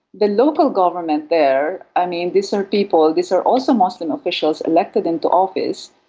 the local government there, i mean, these are people, these are also muslim officials elected into office,